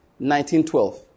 1912